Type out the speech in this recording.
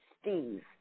Steve